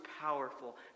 powerful